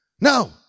No